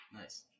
Nice